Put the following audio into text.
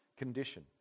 condition